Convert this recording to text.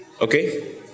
Okay